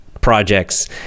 projects